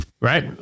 right